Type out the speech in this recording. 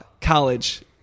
college